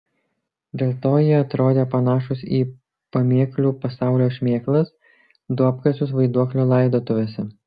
dėl to jie atrodė panašūs į pamėklių pasaulio šmėklas duobkasius vaiduoklio laidotuvėse